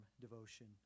devotion